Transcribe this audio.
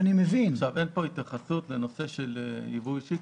אין פה התייחסות לנושא של ייבוא אישי.